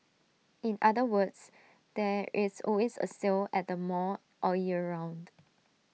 in other words there is always A sale at the mall all year round